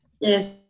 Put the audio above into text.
yes